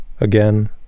again